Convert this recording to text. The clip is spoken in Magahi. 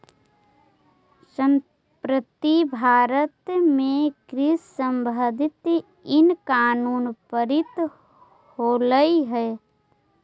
संप्रति भारत में कृषि संबंधित इन कानून पारित होलई हे